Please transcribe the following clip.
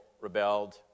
rebelled